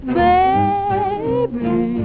baby